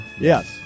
yes